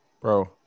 Bro